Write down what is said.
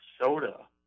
Soda